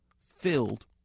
filled